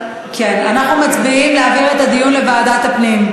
אנחנו מצביעים על ההצעה להעביר את הדיון לוועדת הפנים.